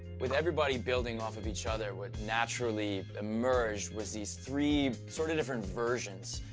with everybody building off of each other, what naturally emerged was these three, sort of, different versions.